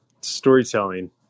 Storytelling